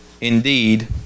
indeed